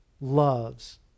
loves